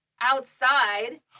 outside